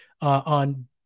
on